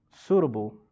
suitable